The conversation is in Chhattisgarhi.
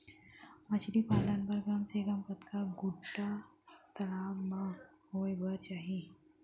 मछली पालन बर कम से कम कतका गड्डा तालाब म होये बर चाही?